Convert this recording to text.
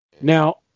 Now